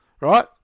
right